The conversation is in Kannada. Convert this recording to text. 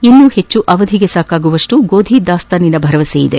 ಇನ್ನೂ ಹೆಚ್ಚು ಅವಧಿಗೆ ಸಾಕಾಗುವಷ್ಟು ಗೋಧಿ ದಾಸ್ತಾನಿನ ಭರವಸೆ ಇದೆ